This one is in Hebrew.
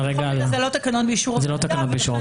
אלה לא תקנות באישור הוועדה.